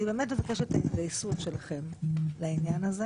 אני באמת מבקשת את ההתגייסות שלכם לעניין הזה